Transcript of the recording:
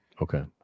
okay